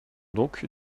donc